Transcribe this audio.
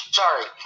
sorry